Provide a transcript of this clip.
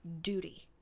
duty